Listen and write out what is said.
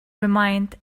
remained